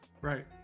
Right